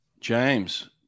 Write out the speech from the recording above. James